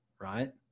right